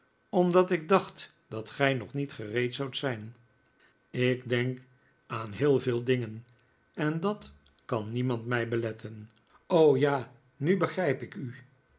omdat ik dacht dat gij nog niet gereed zoudt zijn ik denk aan heel veel dingen en dat kan niemand mij beletten ja nu begrijp ik u